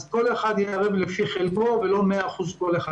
כל אחד יהיה ערב לפי חלקו ולא 100% כל אחד,